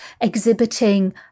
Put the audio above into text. exhibiting